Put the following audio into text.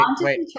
wait